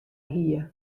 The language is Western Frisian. hie